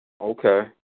Okay